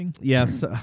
yes